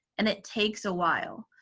and it takes awhile,